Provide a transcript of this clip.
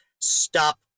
Stop